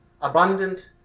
abundant